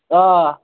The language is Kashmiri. آ